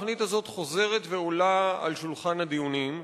התוכנית הזאת חוזרת ועולה על שולחן הדיונים.